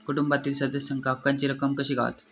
कुटुंबातील सदस्यांका हक्काची रक्कम कशी गावात?